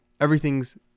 everything's